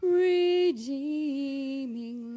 redeeming